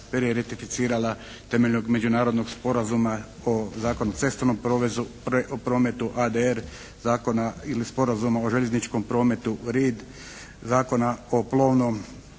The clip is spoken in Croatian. ne razumije./ … temeljnog Međunarodnog sporazuma o Zakonu o cestovnom prometu, ADR zakona ili Sporazuma o željezničkom prometu, RID, Zakona o plovnom,